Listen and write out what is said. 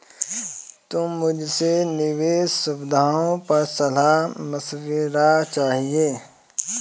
मुझे तुमसे निवेश सुविधाओं पर सलाह मशविरा चाहिए